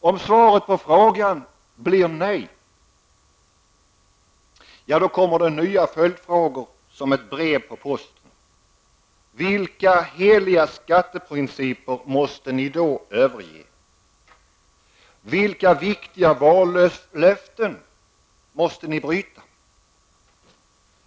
Om svaret på frågan däremot blir nej, kommer nya följdfrågor som ett brev på posten: Vilka heliga skatteprinciper måste ni då överge? Vilka viktiga vallöften måste ni bryta?